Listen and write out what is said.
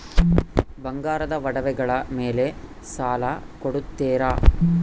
ಬಂಗಾರದ ಒಡವೆಗಳ ಮೇಲೆ ಸಾಲ ಕೊಡುತ್ತೇರಾ?